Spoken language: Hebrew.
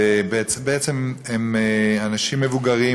אנשים מבוגרים,